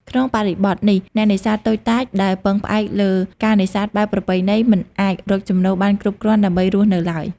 ក្នុងបរិបទនេះ អ្នកនេសាទតូចតាចដែលពឹងផ្អែកលើការនេសាទបែបប្រពៃណី មិនអាចរកចំណូលបានគ្រប់គ្រាន់ដើម្បីរស់នៅឡើយ។